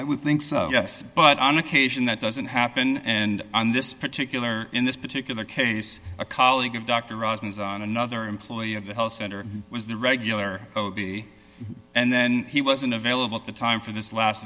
i would think yes but on occasion that doesn't happen and on this particular in this particular case a colleague of dr rozen is on another employee of the health center was the regular o b and then he wasn't available at the time for this last